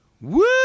Woo